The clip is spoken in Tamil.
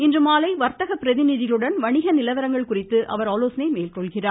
இன்றுமாலை வர்த்தக பிரதிநிதிகளுடன் வணிக நிலவரங்கள் குறித்து அவர் ஆலோசனை கலக்கிறார்